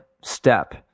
step